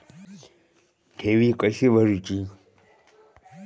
ठेवी कशी भरूची?